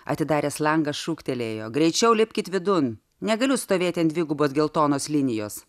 atidaręs langą šūktelėjo greičiau lipkit vidun negaliu stovėti ant dvigubos geltonos linijos